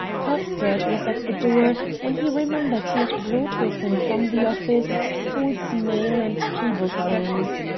cuthbert was at the door when he remembered he had brought with him from the office ford's mail and cablegrams.